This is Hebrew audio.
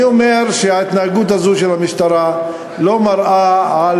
אני אומר שההתנהגות הזו של המשטרה לא מראה,